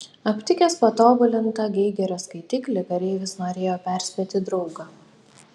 aptikęs patobulintą geigerio skaitiklį kareivis norėjo perspėti draugą